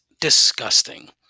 disgusting